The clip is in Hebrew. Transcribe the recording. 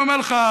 אני אומר לך,